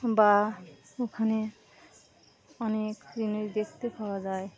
বা ওখানে অনেক জিনিস দেখতে পাওয়া যায়